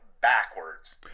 Backwards